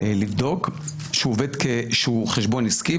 לבדוק שהוא חשבון עסקי,